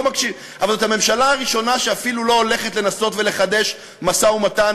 לא אבל זאת הממשלה הראשונה שאפילו לא הולכת לנסות ולחדש משא-ומתן,